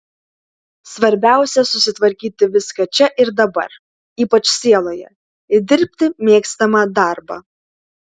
svarbiausia susitvarkyti viską čia ir dabar ypač sieloje ir dirbti mėgstamą darbą